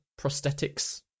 prosthetics